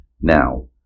Now